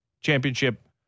Championship